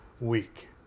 week